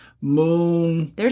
Moon